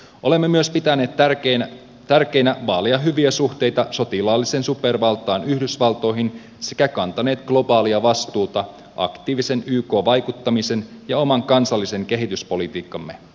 olemme myös pitäneet tärkeänä vaalia hyviä suhteita sotilaalliseen supervaltaan yhdysvaltoihin sekä kantaneet globaalia vastuuta aktiivisen yk vaikuttamisen ja oman kansallisen kehityspolitiikkamme kautta